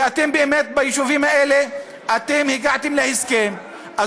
ואתם באמת הגעתם להסכם ביישובים האלה.